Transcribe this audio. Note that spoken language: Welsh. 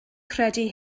credu